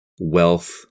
wealth